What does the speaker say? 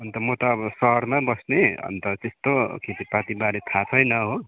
अन्त म त अब सहरमा बस्ने अन्त त्यस्तो खेतीपाती बारे थाहा छैन हो